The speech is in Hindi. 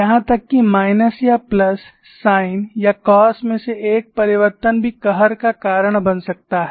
यहां तक कि माइनस या प्लस साइन या कॉस में एक परिवर्तन भी कहर का कारण बन सकता है